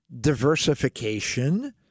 Diversification